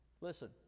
Listen